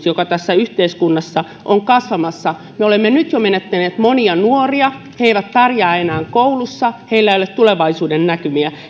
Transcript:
joka tässä yhteyskunnassa on kasvamassa me olemme nyt jo menettäneet monia nuoria he eivät pärjää enää koulussa heillä ei ole tulevaisuudennäkymiä